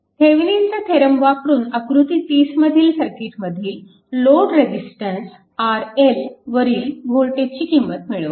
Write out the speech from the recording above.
थेविनिनचा theorem वापरून आकृती 30 मधील सर्किटमधील लोड रेजिस्टन्स RL वरील वोल्टेजची किंमत मिळवा